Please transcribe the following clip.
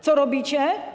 Co robicie?